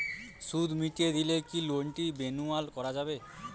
সুদ মিটিয়ে দিলে কি লোনটি রেনুয়াল করাযাবে?